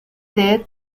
ted